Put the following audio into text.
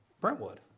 Brentwood